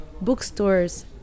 bookstores